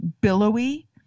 billowy